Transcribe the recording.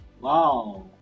Wow